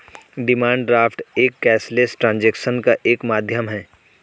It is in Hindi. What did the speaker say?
डिमांड ड्राफ्ट एक कैशलेस ट्रांजेक्शन का एक माध्यम है